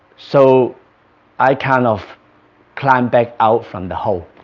so i kind of climbed back out from the hole